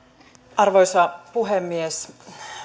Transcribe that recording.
arvoisa puhemies